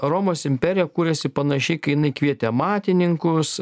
romos imperija kūrėsi panašiai kai jinai kvietė amatininkus